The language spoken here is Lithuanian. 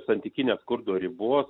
santykinio skurdo ribos